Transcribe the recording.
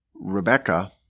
Rebecca